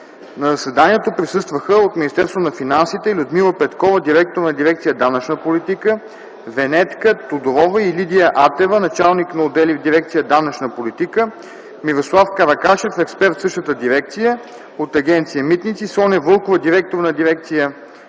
На заседанието присъстваха от Министерство на финансите: Людмила Петкова – директор на Дирекция „Данъчна политика”, Венетка Тодорова, и Лидия Атева – началник на отдели в Дирекция „Данъчна политика”, Мирослав Каракашев – експерт в същата дирекция, от Агенция „Митници”: Соня Вълкова – директор на Дирекция „Правно-нормативна”,